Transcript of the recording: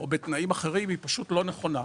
או בתנאים אחרים היא פשוט לא נכונה.